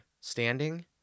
standing